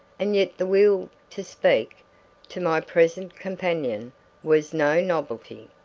and yet the will to speak to my present companion was no novelty.